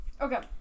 Okay